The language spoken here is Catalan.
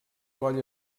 coll